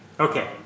okay